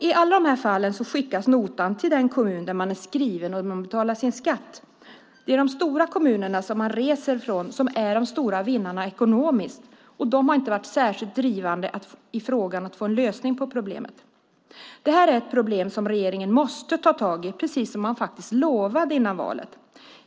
I alla de här fallen skickas notan till den kommun där man är skriven och där man betalar sin skatt. Det är de stora kommunerna som man reser ifrån som är de stora vinnarna ekonomiskt, och de har inte varit särskilt drivande i fråga om att få en lösning på problemet. Det här är ett problem som regeringen måste ta tag i, precis som man faktiskt lovade före valet.